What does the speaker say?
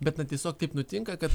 bet na tiesiog taip nutinka kad